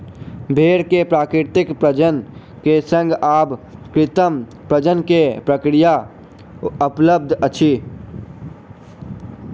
भेड़ मे प्राकृतिक प्रजनन के संग आब कृत्रिम प्रजनन के प्रक्रिया उपलब्ध अछि